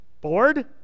bored